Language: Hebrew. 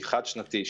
דו-שנתי,